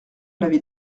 avait